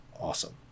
awesome